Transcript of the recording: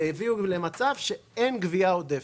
והביאו לידי מצב שבו אין גבייה עודפת.